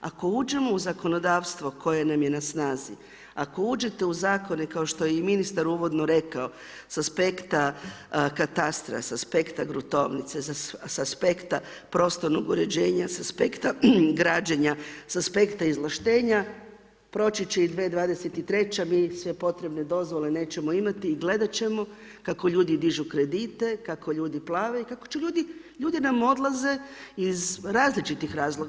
Ako uđemo u zakonodavstvo koje nam je na snazi, ako uđete u zakone kao što je i ministar uvodno rekao sa aspekta katatastra, sa aspekta gruntovnice, sa aspekta prostornog uređenja, sa aspekta građenja, sa aspekta izvlaštenja proći će i 2023., mi sve potrebne dozvole nećemo imati i gledati ćemo kako ljudi dižu kredite, kako ljudi plave i kako će ljudi, ljudi nam odlaze iz različitih razloga.